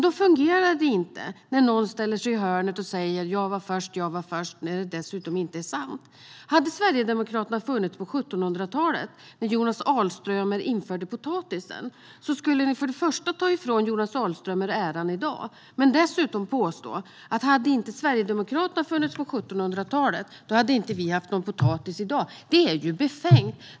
Då fungerar det inte när någon ställer sig i hörnet och säger "jag var först!" när det dessutom inte är sant. Hade Sverigedemokraterna funnits på 1700-talet, när Jonas Alströmer införde potatisen, skulle ni först ta ifrån honom den äran i dag och sedan påstå att hade inte Sverigedemokraterna funnits på 1700-talet hade vi inte haft någon potatis i dag. Det är ju befängt!